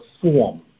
form